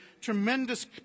tremendous